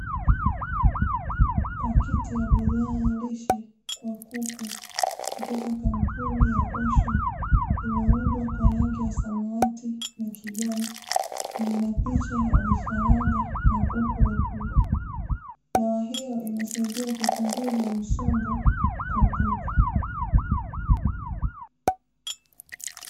Pakiti ya bidhaa lishe kwa kuku kutoka kampuni ya ''osha'' imeundwa kwa rangi ya samawati na kijani, na ina picha ya vifaranga na kuku wakubwa dawa hiyo inasaidia kupunguza msongo kwa kuku.